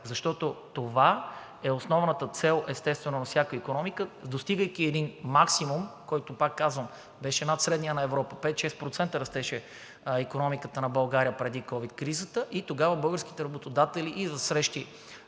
естествено, е основната цел на всяка икономика. Достигайки един максимум, който, пак казвам, беше над средния за Европа – с 5 – 6% растеше икономиката на България преди ковид кризата, и тогава българските работодатели в срещи